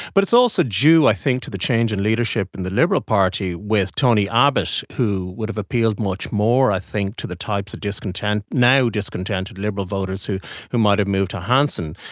but it's also due i think to the change in leadership in the liberal party with tony abbott who would have appealed much more i think to the types of now discontented liberal voters who who might have moved to hanson.